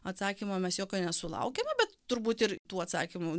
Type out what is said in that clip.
atsakymo mes jokio nesulaukėme bet turbūt ir tų atsakymų